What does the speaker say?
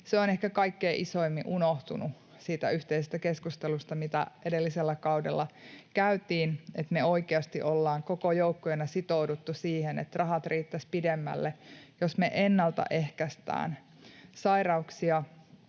Se on ehkä kaikkein isoimmin unohtunut siitä yhteisestä keskustelusta, mitä edellisellä kaudella käytiin, että me oikeasti ollaan koko joukkueena sitouduttu siihen, että rahat riittäisivät pidemmälle, jos me ennaltaehkäistään sairauksia,